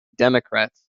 democrats